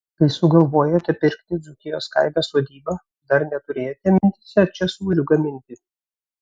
kai sugalvojote pirkti dzūkijos kaime sodybą dar neturėjote mintyse čia sūrių gaminti